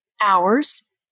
hours